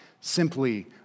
simply